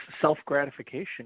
self-gratification